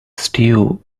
stew